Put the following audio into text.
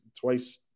twice